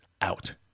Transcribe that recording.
out